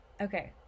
Okay